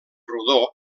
rodó